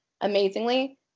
amazingly